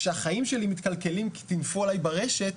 כשהחיים שלי מתקלקלים כי טינפו עלי ברשת,